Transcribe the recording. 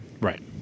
Right